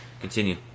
continue